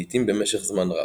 לעיתים במשך זמן רב.